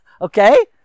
Okay